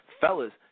fellas